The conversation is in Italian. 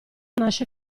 nasce